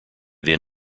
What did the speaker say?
then